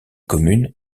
communes